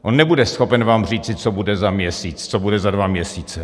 On nebude schopen vám říci, co bude za měsíc, co bude za dva měsíce.